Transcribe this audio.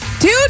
Dude